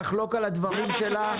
תחלוק על הדברים שלה,